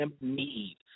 need